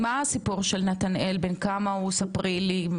מה הסיפור של נתנאל, ספרי לי.